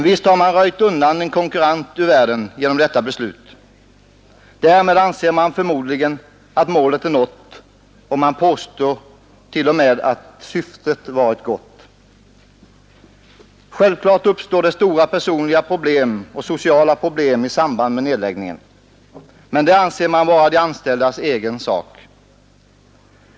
Visst har man röjt undan en konkurrent genom detta beslut. Därmed anser man förmodligen att målet är nått, och man påstår t.o.m. att syftet var gott. Självklart uppstår det stora personliga och sociala problem i samband med nedläggningen, men det anser man vara de anställdas egen sak.